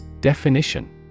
Definition